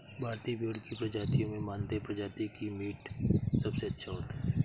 भारतीय भेड़ की प्रजातियों में मानदेय प्रजाति का मीट सबसे अच्छा होता है